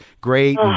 great